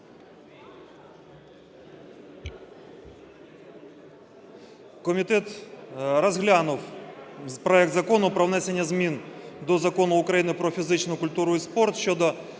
Комітет розглянув проект Закону про внесення змін до Закону України "Про фізичну культуру і спорт" (щодо